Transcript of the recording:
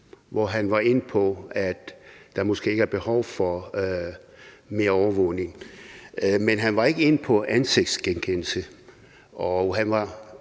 News. Han var inde på, at der måske ikke er behov for mere overvågning, men han var ikke inde på ansigtsgenkendelse,